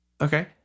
Okay